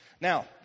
Now